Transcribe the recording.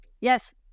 Yes